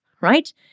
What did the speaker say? right